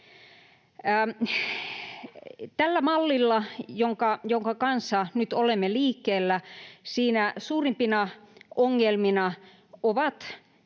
Tässä mallissa, jonka kanssa nyt olemme liikkeellä, suurimpia ongelmia on